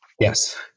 Yes